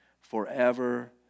forever